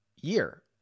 year